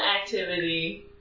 activity